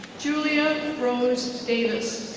julia rose davis.